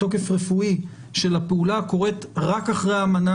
רפואי של הפעולה קורית רק אחרי המנה